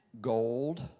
gold